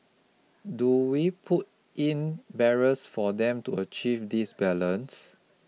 do we put in barriers for them to achieve this balance